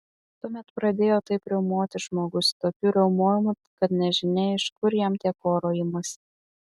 tuomet pradėjo taip riaumoti žmogus tokiu riaumojimu kad nežinia iš kur jam tiek oro imasi